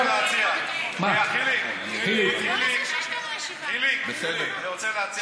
חיליק, אני רוצה להציע.